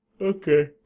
Okay